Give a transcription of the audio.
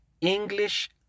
English